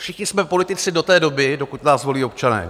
Všichni jsme politici do té doby, dokud nás volí občané.